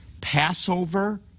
Passover